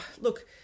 look